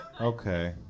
Okay